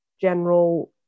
general